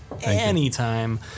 anytime